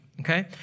Okay